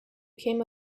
came